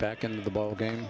back in the ballgame